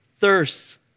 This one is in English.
thirsts